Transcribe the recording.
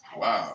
wow